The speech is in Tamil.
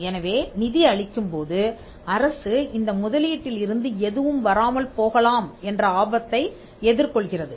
எனவே நிதி அளிக்கும்போது அரசு இந்த முதலீட்டில் இருந்து எதுவும் வராமல் போகலாம் என்ற ஆபத்தை எதிர் கொள்கிறது